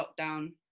lockdown